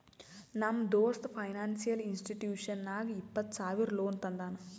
ನಮ್ ದೋಸ್ತ financial institution ನಾಗ್ ಇಪ್ಪತ್ತ ಸಾವಿರ ಲೋನ್ ತಂದಾನ್